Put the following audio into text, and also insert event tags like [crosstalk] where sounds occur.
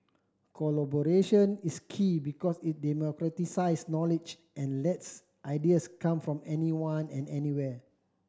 collaboration is key because it [unintelligible] knowledge and lets ideas come from anyone and anywhere